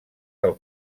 del